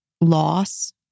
loss